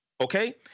Okay